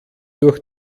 durch